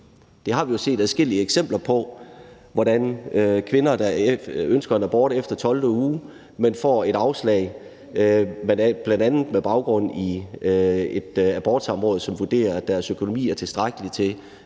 Vi har jo set adskillige eksempler på, hvordan kvinder, der ønsker en abort efter 12. uge, får et afslag, bl.a. med baggrund i et abortsamråd, som vurderer, at deres økonomi er tilstrækkelig til,